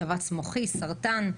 שבץ מוחי וסרטן.